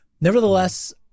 Nevertheless